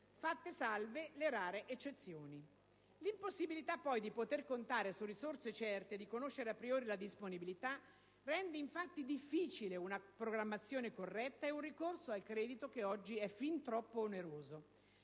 fatte salve le rare eccezioni. L'impossibilità poi di poter contare su risorse certe e di conoscere a priori la disponibilità, rende infatti difficile una programmazione corretta e un ricorso al credito che oggi è fin troppo oneroso.